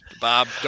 Bob